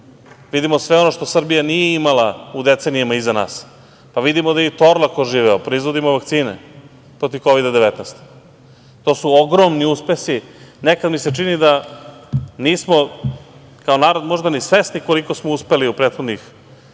Vidimo sve ono što Srbija nije imala u decenijama iza nas. Vidimo i da je Torlak oživeo, proizvodimo vakcine protiv Kovid-19.To su ogromni uspesi. Nekad mi se čini da kao narod možda nismo ni svesni koliko smo uspeli u prethodnih